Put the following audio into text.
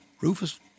Rufus